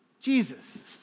Jesus